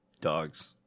dogs